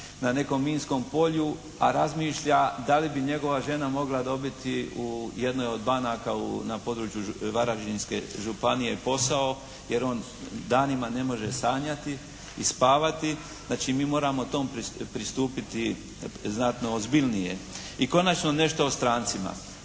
na nekom minskom polju, a razmišlja da li bi njegova žena mogla dobiti u jednoj od banaka na području Varaždinske županije posao jer on danima ne može sanjati i spavati, znači mi moramo tome pristupiti znatno ozbiljnije. I konačno nešto o strancima.